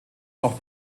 noch